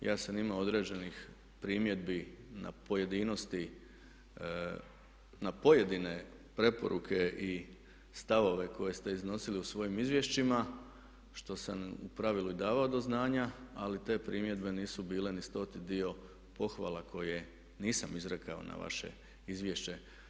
Ja sam imao određenih primjedbi na pojedinosti, na pojedine preporuke i stavove koje ste iznosili u svojim izvješćima što sam u pravilu i davao do znanja ali te primjedbe nisu bile ni stoti dio pohvala koje nisam izrekao na vaše izvješće.